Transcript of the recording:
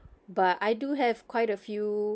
but I do have quite a few